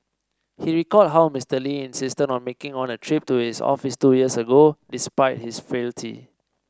he recalled how Mister Lee insisted on making on a trip to his office two years ago despite his frailty